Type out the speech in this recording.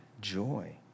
joy